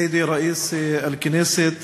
(אומר דברים בשפה הערבית,